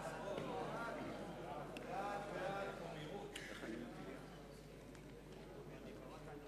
ההצעה לבחור את חבר הכנסת ראובן ריבלין ליושב-ראש הכנסת נתקבלה.